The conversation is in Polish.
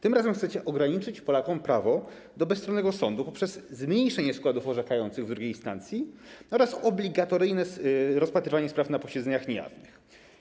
Tym razem chcecie ograniczyć Polakom prawo do bezstronnego sądu poprzez zmniejszenie składów orzekających w II instancji oraz obligatoryjne rozpatrywanie spraw na posiedzeniach niejawnych.